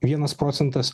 vienas procentas